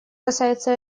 касается